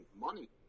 money